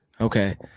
okay